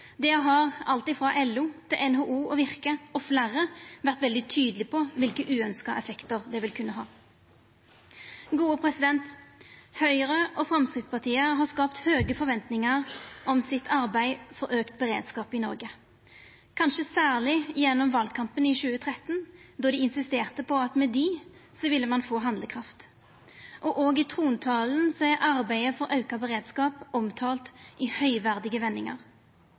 vårt samfunn. Alt ifrå LO til NHO og Virke, og fleire, har vore veldig tydelege på kva for uønskte effektar det vil kunna ha. Høgre og Framstegspartiet har skapt høge forventningar til sitt arbeid for auka beredskap i Noreg – kanskje særleg gjennom valkampen i 2013, då dei insisterte på at med dei ville ein få handlekraft. Òg i trontalen er arbeidet for auka beredskap omtalt i høgverdige vendingar.